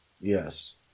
Yes